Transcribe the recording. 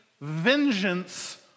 vengeance